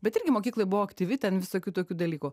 bet irgi mokykloj buvau aktyvi ten visokių tokių dalykų